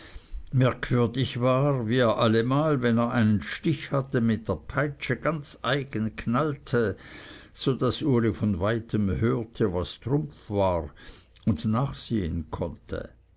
merkwürdig war wie er allemal wenn er einen stich hatte mit der peitsche ganz eigen knallte so daß uli von weitem hörte was trumpf war und nachsehen konnte